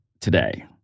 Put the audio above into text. today